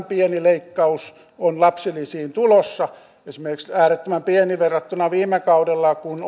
pieni leikkaus on lapsilisiin tulossa esimerkiksi äärettömän pieni verrattuna siihen kun